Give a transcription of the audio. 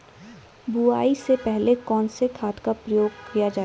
बुआई से पहले कौन से खाद का प्रयोग किया जायेगा?